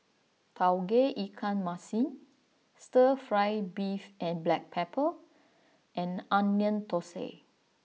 Tauge Ikan Masin Stir Fry Beef and Black Pepper and Onion Thosai